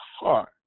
heart